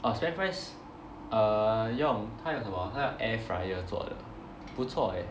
orh FairPrice uh 用她用什么她用 air fryer 做的不错 leh